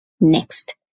Next